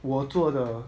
我做的